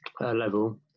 level